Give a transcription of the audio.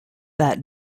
that